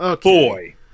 Boy